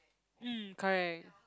mm correct